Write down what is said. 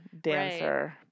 dancer